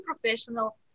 professional